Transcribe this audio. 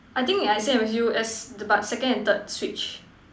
I think I same as you as but second and third switch